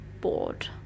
bored